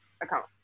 account